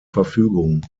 verfügung